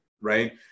right